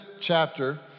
chapter